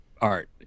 Art